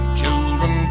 children